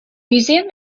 museum